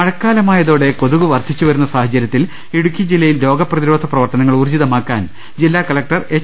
മഴക്കാലമായതോടെ കൊതുകു വർധിച്ചുവരുന്ന സാഹചരൃത്തിൽ ഇടുക്കി ജില്ലയിൽ രോഗപ്രതിരോധ പ്രവർത്തനങ്ങൾ ഊർജിതമാക്കാൻ ജില്ലാ കളക്ടർ എച്ച്